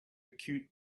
cute